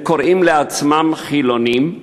הם קוראים לעצמם חילונים,